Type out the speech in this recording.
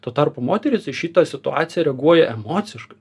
tuo tarpu moterys į šitą situaciją reaguoja emociškai